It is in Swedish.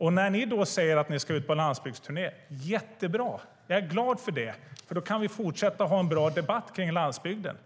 i. När ni säger att ni ska ut på en landsbygdsturné tycker jag att det är jättebra. Jag är glad för det, för då kan vi fortsätta ha en bra debatt om landsbygden.